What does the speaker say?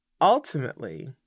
Ultimately